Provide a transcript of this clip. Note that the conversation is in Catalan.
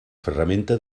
ferramenta